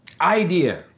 idea